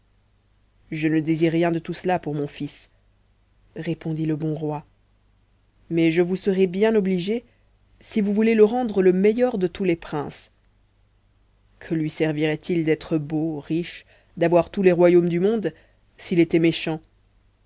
je ne désire rien de tout cela pour mon fils répondit le bon roi mais je vous serai bien obligé si vous voulez le rendre le meilleur de tous les princes que lui servirait-il d'être beau riche d'avoir tous les royaumes du monde s'il était méchant